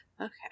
Okay